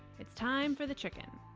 it's time for the chicken!